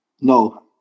No